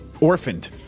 orphaned